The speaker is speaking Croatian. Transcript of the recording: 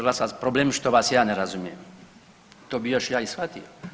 Glasovac problem što vas ja ne razumijem, to bi još ja i shvatio.